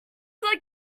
like